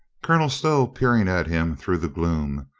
colonel stow, peering at him through the gloom,